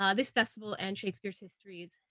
ah this festival, and shakespeare's histories.